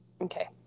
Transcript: Okay